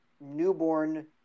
newborn